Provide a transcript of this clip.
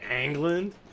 England